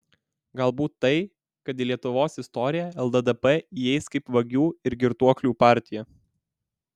galbūt tai kad į lietuvos istoriją lddp įeis kaip vagių ir girtuoklių partija